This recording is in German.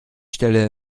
stelle